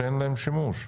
שאין להם שימוש.